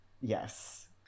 Yes